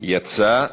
יצא,